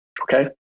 okay